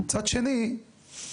ומצד שני,